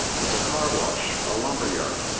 it's a car wash, a lumberyard.